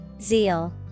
Zeal